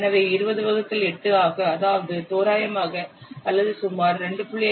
எனவே 20 வகுத்தல் 8 ஆக அதாவது தோராயமாக அல்லது சுமார் 2